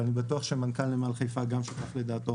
ואני בטוח שמנכ"ל נמל חיפה גם שותף לדעתו